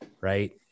right